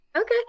Okay